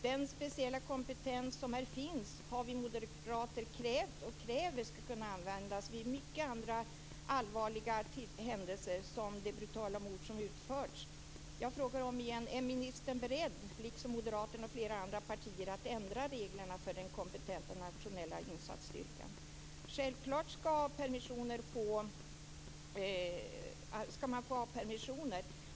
Den speciella kompetens som här finns har vi moderater krävt och kräver skall kunna användas vid många allvarliga händelser, som det brutala mord som nu utförts. Jag frågar om igen: Är ministern beredd, liksom moderaterna och flera andra partier, att ändra reglerna för den kompetenta nationella insatsstyrkan? Självklart skall man få ha permissioner.